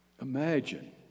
Imagine